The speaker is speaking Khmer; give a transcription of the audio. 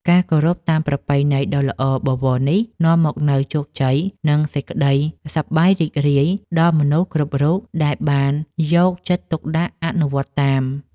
ការគោរពតាមប្រពៃណីដ៏ល្អបវរនេះនាំមកនូវជោគជ័យ និងសេចក្តីសប្បាយរីករាយដល់មនុស្សគ្រប់រូបដែលបានយកចិត្តទុកដាក់អនុវត្តតាម។